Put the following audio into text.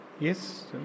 Yes